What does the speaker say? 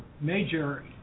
major